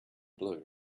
blue